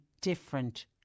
different